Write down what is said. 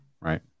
Right